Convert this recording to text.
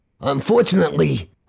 Unfortunately